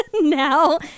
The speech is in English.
Now